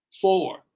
four